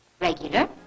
Regular